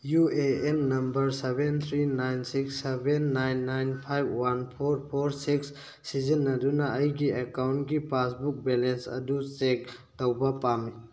U A N number seven three nine six seven nine nine five one four four six ꯁꯤꯖꯤꯟꯅꯗꯨꯅ ꯑꯩꯒꯤ ꯑꯦꯀꯥꯎꯟꯀꯤ passbook balance ꯑꯗꯨ check ꯇꯧꯕ ꯄꯥꯝꯃꯤ